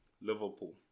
Liverpool